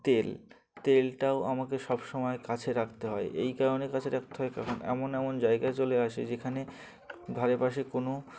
তেল তেলটাও আমাকে সবসময় কাছে রাখতে হয় এই কারণে কাছে রাখতে হয় কারণ এমন এমন জায়গা চলে আসে যেখানে ধারে পাশে কোনো